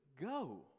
go